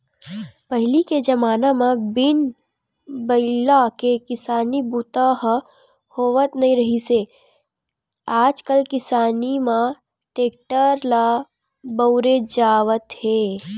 पहिली के जमाना म बिन बइला के किसानी बूता ह होवत नइ रिहिस हे आजकाल किसानी म टेक्टर ल बउरे जावत हे